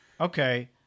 okay